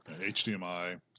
HDMI